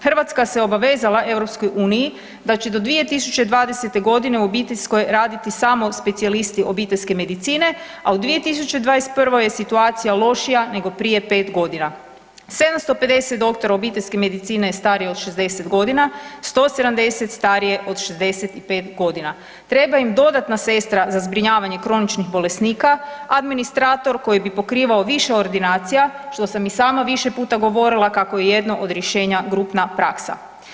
Hrvatska se obavezala EU da će do 2020.g. u obiteljskoj raditi samo specijalisti obiteljske medicine, a u 2021. je situacija lošija nego prije 5.g., 750 doktora obiteljske medicine je starije od 60.g., 170 starije od 65.g., treba im dodatna sestra za zbrinjavanje kroničnih bolesnika, administrator koji bi pokrivao više ordinacija, što sam i sama više puta govorila kako je jedno od rješenja grupna praksa.